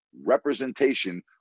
representation